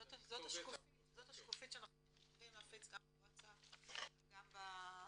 זאת השקופית שאנחנו עומדים להפיץ גם בוואטסאפ וגם ב-